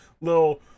little